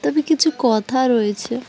তবে কিছু কথা রয়েছে